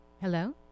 Hello